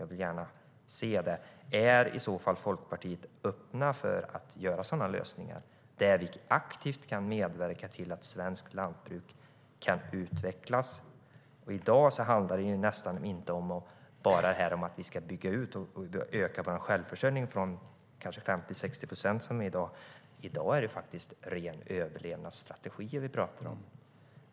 Jag vill gärna höra om ni i Folkpartiet är öppna för att göra sådana lösningar där du aktivt kan medverka till att svenskt lantbruk kan utvecklas. I dag handlar det inte bara om att vi ska bygga ut och öka vår självförsörjning från 50 till 60 procent. I dag är det faktiskt överlevnadsstrategier vi pratar om.